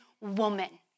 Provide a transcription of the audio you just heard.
woman